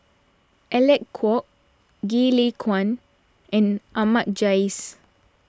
Alec Kuok Goh Lay Kuan and Ahmad Jais